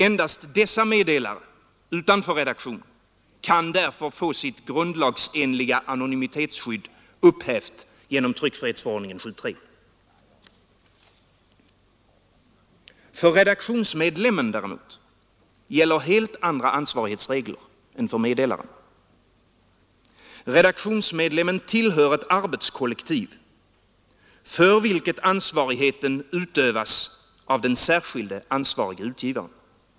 Endast dessa meddelare utanför redaktionen kan få sitt grundlagsenliga anonymitetsskydd upphävt genom 7 kap. 3 § tryckfrihetsförordningen. För redaktionsmedlemmen däremot gäller helt andra ansvarsregler än för meddelaren. Redaktionsmedlemmen tillhör ett arbetskollektiv, för vilket ansvarigheten utövas av den särskilde ansvarige utgivaren.